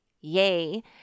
Yay